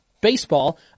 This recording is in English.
baseball